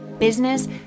business